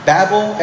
Babel